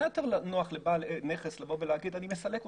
מה יותר נוח לבעל עסק לבוא ולומר לי שהוא מסלק אותי?